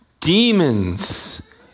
Demons